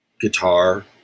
guitar